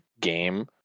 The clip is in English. game